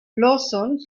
lawson